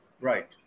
Right